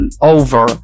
over